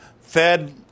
Fed